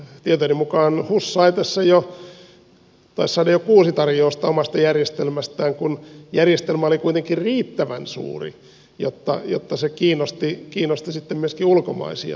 tietojeni mukaan hus taisi saada jo kuusi tarjousta omasta järjestelmästään kun järjestelmä oli kuitenkin riittävän suuri jotta se kiinnosti myöskin ulkomaisia toimijoita